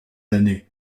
d’années